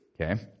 Okay